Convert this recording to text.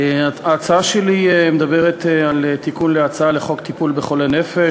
ההצעה שלי מדברת על תיקון לחוק טיפול בחולי נפש,